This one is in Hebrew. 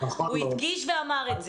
הוא הדגיש את זה.